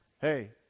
Hey